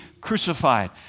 crucified